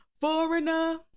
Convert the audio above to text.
foreigner